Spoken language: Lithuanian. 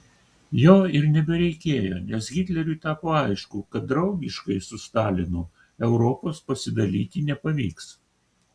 jo ir nebereikėjo nes hitleriui tapo aišku kad draugiškai su stalinu europos pasidalyti nepavyks